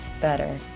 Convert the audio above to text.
better